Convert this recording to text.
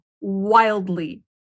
wildly